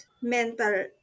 mental